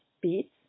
beets